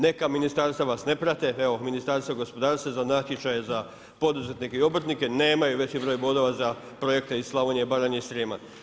Neka ministarstva vas ne prate, evo Ministarstvo gospodarstva za natječaj za poduzetnike i obrtnike, nemaju veći broj bodova za projekte Slavonije, Baranje i Srijema.